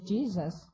Jesus